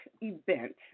event